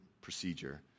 procedure